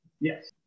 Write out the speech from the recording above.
Yes